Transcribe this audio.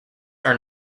are